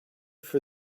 for